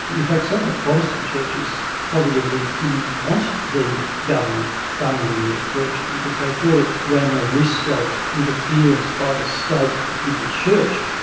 in fact some of the protestant churches positively didn't want the government funding their clergy because they thought it ran the risk of interference by the state with the church,